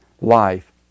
life